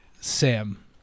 Sam